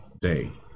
day